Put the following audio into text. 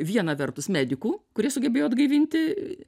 viena vertus medikų kurie sugebėjo atgaivinti